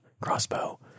crossbow